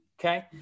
Okay